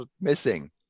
missing